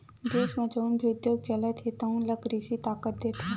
देस म जउन भी उद्योग चलत हे तउन ल कृषि ह ताकत देथे